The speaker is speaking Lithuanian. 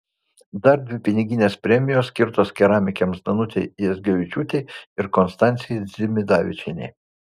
dar dvi piniginės premijos skirtos keramikėms danutei jazgevičiūtei ir konstancijai dzimidavičienei